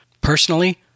Personally